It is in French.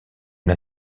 une